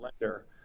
lender